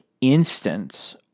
instance